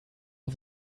auf